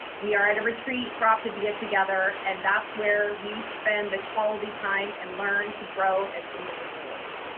we are at a retreat for optavia together, and that's where we spend the quality time and learn to grow as individuals.